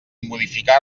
modificar